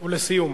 ולסיום.